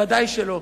ודאי שלא.